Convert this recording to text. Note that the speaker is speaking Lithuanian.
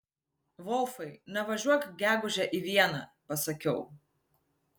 volfai nevažiuok gegužę į vieną pasakiau